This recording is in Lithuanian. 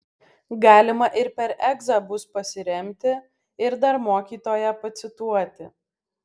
galima ir per egzą bus pasiremti ir dar mokytoją pacituoti